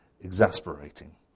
exasperating